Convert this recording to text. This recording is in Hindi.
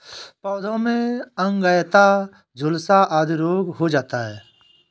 पौधों में अंगैयता, झुलसा आदि रोग हो जाता है